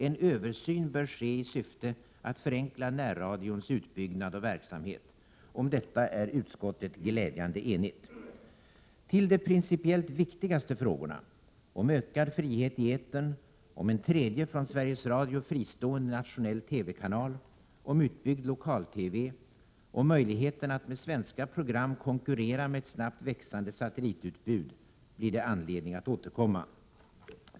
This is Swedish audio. En översyn bör ske i syfte att förenkla närradions utbyggnad och verksamhet. — Om detta är utskottet glädjande enigt. Till de principiellt viktigaste frågorna — ökad frihet i etern, en tredje från Sveriges Radio fristående nationell TV-kanal, utbyggd lokal-TV och möjligheterna att med svenska program konkurrera med ett snabbt växande satellitutbud — blir det anledning att återkomma.